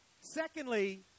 Secondly